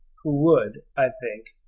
who would, i think,